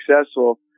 successful